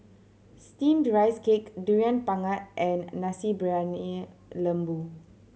Steamed Rice Cake Durian Pengat and Nasi Briyani Lembu